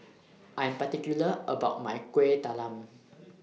I Am particular about My Kuih Talam